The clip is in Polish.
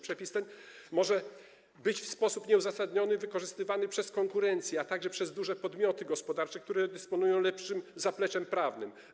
Przepis ten może być w sposób nieuzasadniony wykorzystywany przez konkurencję, a także przez duże podmioty gospodarcze, które dysponują lepszym zapleczem prawnym.